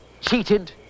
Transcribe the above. cheated